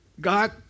God